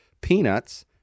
peanuts